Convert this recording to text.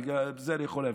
את זה אני יכול להבין,